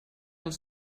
els